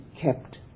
kept